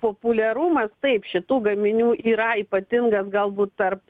populiarumas taip šitų gaminių yra ypatingas galbūt tarp